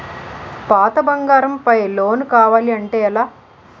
పాత బంగారం పై లోన్ కావాలి అంటే ఎలా?